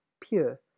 pure